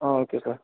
ആ okay sir